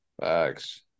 Thanks